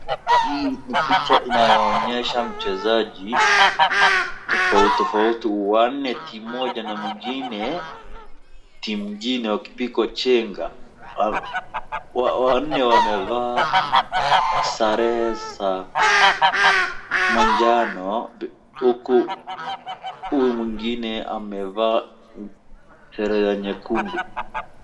Hii ni picha inayoonyesha mchezaji tofautitofauti wanne timu moja na mwengine timu ingine wakipigwa chenga. Wanne wamevaa sare za manjano huku huyu mwengine amevaa sare nyekundu.